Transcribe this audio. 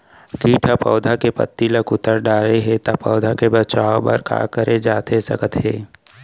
किट ह पौधा के पत्ती का कुतर डाले हे ता पौधा के बचाओ बर का करे जाथे सकत हे?